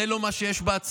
זה לא מה שיש בהצעה.